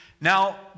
Now